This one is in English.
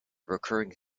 recurring